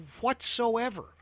whatsoever